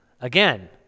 Again